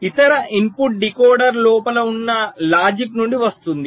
ఇతర input decoder లోపల ఉన్న లాజిక్ నుండి వస్తుంది